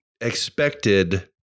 expected